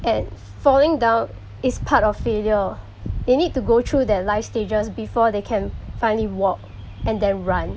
and falling down is part of failure they need to go through that life stages before they can finally walk and then run